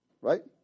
Right